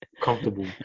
comfortable